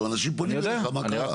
אנשים פונים אליך מה קרה,